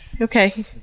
okay